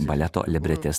baleto libretis